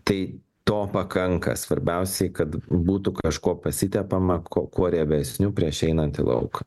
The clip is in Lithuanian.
tai to pakanka svarbiausiai kad būtų kažkuo pasitepama ko kuo riebesniu prieš einant į lauką